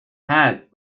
hat